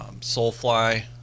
Soulfly